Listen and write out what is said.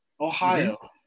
Ohio